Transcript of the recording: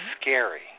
scary